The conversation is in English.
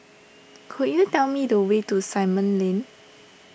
could you tell me the way to Simon Lane